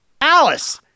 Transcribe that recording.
Alice